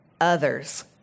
others